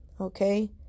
okay